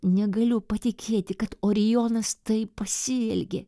negaliu patikėti kad orijonas taip pasielgė